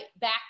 back